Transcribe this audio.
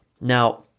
Now